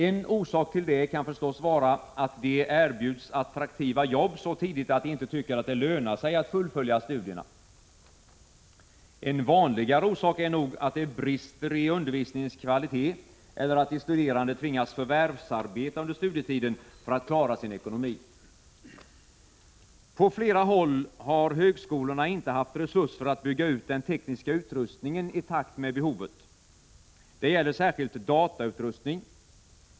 En orsak till det kan förstås vara att de erbjuds attraktiva jobb så tidigt, att de inte tycker att det lönar sig att fullfölja studierna. En vanligare orsak är nog att det brister i undervisningens kvalitet eller att de studerande tvingas förvärvsarbeta under studietiden för att klara sin ekonomi. På flera håll har högskolorna inte haft resurser att bygga ut den tekniska utrustningen i takt med behovet. Det gäller särskilt datautrustning.